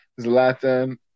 Zlatan